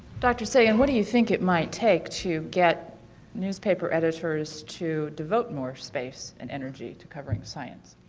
dr. sagan, what do you think it might take to get newspaper editors to devote more space and energy to covering science?